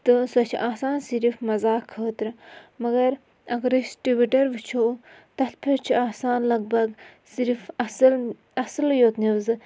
تہٕ سۄ چھِ آسان صِرف مَزاق خٲطرٕ مگر اگر أسۍ ٹِوِٹَر وٕچھو تَتھ پٮ۪ٹھ چھِ آسان لَگ بَگ صِرف اَصٕل اَصٕلے یوٚت نِوزٕ